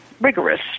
rigorous